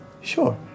Sure